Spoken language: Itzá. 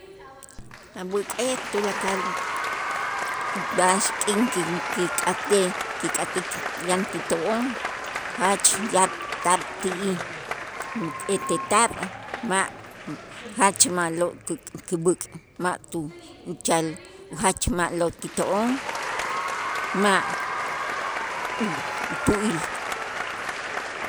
A' b'äk'ej tulakal b'a'ax kin- kin- kik'atej kik'atik yan ti to'on, jach yaab' taab' ti'ij ete taab' ma' jach ma'lo' ku- kub'äk' ma' tu uchal ujach ma'lo' kito'on ma' utu'il.